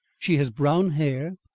she has brown hair,